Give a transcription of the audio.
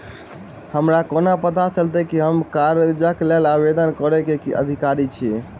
हमरा कोना पता चलतै की हम करजाक लेल आवेदन करै केँ अधिकारी छियै?